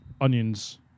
onions